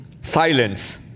Silence